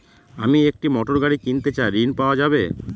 আমি একটি মোটরগাড়ি কিনতে চাই ঝণ পাওয়া যাবে?